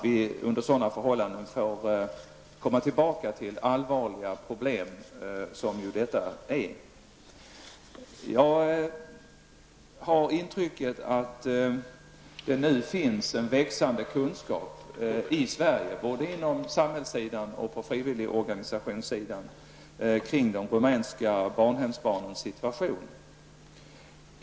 Vi har nu fått ett tillfälle att komma tillbaka till de allvarliga problem som det här gäller. Jag har det intrycket att det nu finns en växande kunskap i Sverige både på det offentliga området och inom frivilligorganisationerna om de rumänska barnhemsbarnens situation.